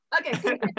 Okay